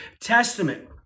Testament